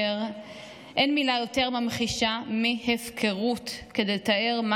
אין מילה יותר ממחישה מהפקרות כדי לתאר מה